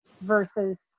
versus